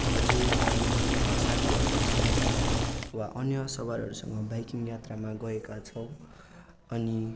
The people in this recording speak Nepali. हजुर हामी साथीहरूको समूह वा अन्य सवारहरूसँग बाइकिङ यात्रामा गएका छौँ अनि